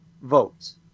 votes